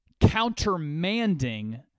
countermanding